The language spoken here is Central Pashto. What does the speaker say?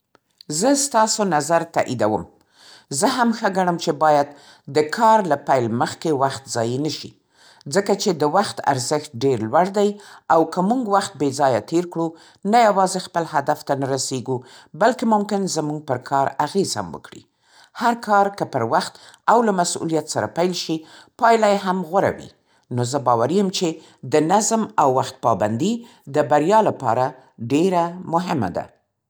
زه ستاسو نظر تأییدوم. زه هم ښه ګڼم چې باید د کار له پیل مخکې وخت ضایع نه شي. ځکه چې د وخت ارزښت ډېر لوړ دی او که موږ وخت بې‌ځایه تېر کړو، نه یوازې خپل هدف ته نه رسېږو، بلکې ممکن زموږ پر کار اغېز هم وکړي. هر کار که پر وخت او له مسؤلیت سره پیل شي، پایله یې هم غوره وي. نو زه باوري یم چې د نظم او وخت پابندي د بریا لپاره ډېره مهمه ده.